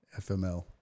FML